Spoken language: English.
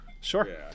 Sure